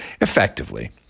effectively